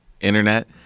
internet